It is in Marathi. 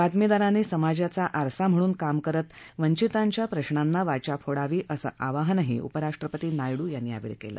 बातमीदारांनी समाजाचा आरसा म्हणून काम करत वंचितांच्या प्रश्नाना वाचा फोडावी असं आवाहनही उपराष्ट्रपती नायडू यांनी यावेळी केलं